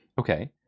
Okay